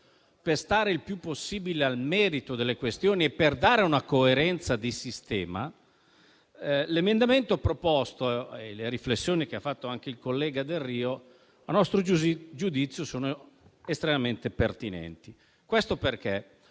per stare il più possibile nel merito delle questioni e per dare coerenza al sistema, l'emendamento proposto e le riflessioni che ha fatto anche il collega Delrio - a nostro giudizio - sono estremamente pertinenti. Il disegno